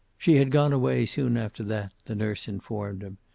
she had gone away soon after that, the nurse informed him.